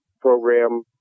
program